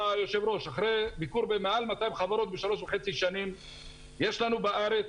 אחרי ביקור בלמעלה מ-200 חברות בשלוש שנים וחצי יש לנו בארץ,